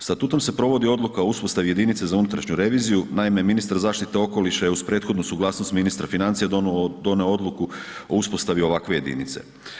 Statutom se provodi odluka o uspostavi jedinice za unutrašnju reviziju, naime ministar zaštite okoliša je uz prethodnu suglasnost ministra financija donio odluku o uspostavi ovakve jedinice.